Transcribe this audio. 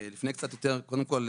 קודם כל,